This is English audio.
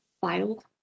filed